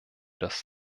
das